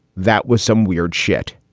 that was some weird shit.